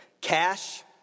cash